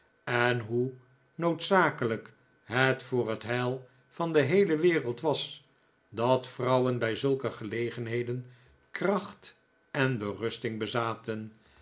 en hoe noodzakelijk het voor het heil van de heele wereld was dat vrouwen bij zulke gelegenheden kracht en berusting bezaten